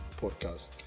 podcast